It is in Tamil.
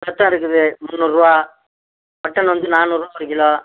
ரத்தம் இருக்குது முந்நூறுரூவா மட்டன் வந்து நானூறுரூவா ஒரு கிலோ